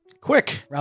quick